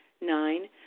Nine